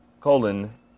colon